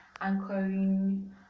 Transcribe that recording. anchoring